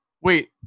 Wait